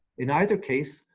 in either case,